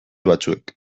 batzuek